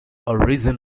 origin